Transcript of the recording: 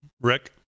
Rick